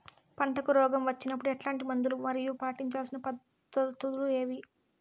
పంటకు రోగం వచ్చినప్పుడు ఎట్లాంటి మందులు మరియు పాటించాల్సిన పద్ధతులు ఏవి?